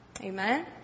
Amen